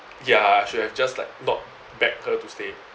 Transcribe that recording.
ya should have just like not begged her to stay